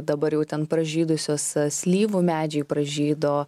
dabar jau ten pražydusios slyvų medžiai pražydo